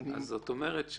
זאת אומרת,